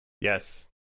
yes